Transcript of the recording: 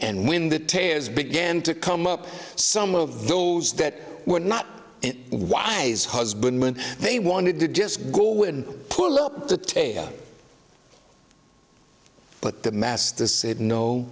and when the tears began to come up some of those that were not wise husbandmen they wanted to just go and pull up the tail but the master said no